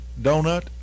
donut